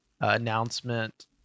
announcement